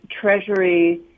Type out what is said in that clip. Treasury